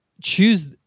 choose